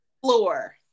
Floor